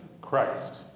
Christ